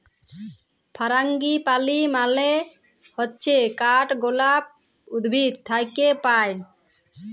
ফারাঙ্গিপালি মানে হচ্যে কাঠগলাপ উদ্ভিদ থাক্যে পায়